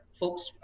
folks